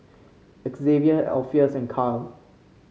Xzavier Alpheus and Kyle